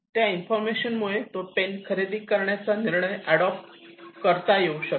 त्या इन्फॉर्मेशन मुळे तो पेन खरेदी करण्याचा निर्णय ऍडॉप्ट करता येऊ शकला